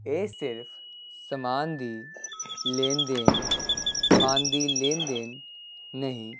ਇਹ ਸਿਰਫ ਸਮਾਨ ਦੀ ਲੈਣ ਦੇਣ ਸਮਾਨ ਦੀ ਲੈਣ ਦੇਣ ਨਹੀਂ